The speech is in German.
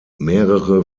mehrere